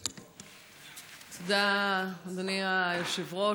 תודה, אדוני היושב-ראש.